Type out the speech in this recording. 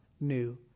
new